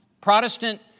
Protestant